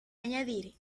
añadir